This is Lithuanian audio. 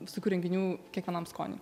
visokių renginių kiekvienam skoniui